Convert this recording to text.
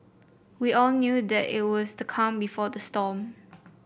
we all knew that it was the calm before the storm